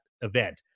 event